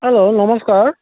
hello নমস্কাৰ